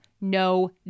no